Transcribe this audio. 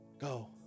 Go